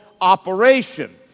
operation